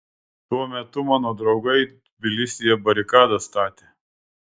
tuo metu mano draugai tbilisyje barikadas statė